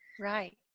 Right